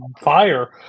fire